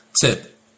tip